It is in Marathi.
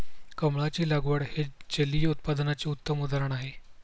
कमळाची लागवड हे जलिय उत्पादनाचे उत्तम उदाहरण आहे